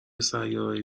سیارههای